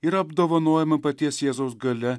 yra apdovanojama paties jėzaus galia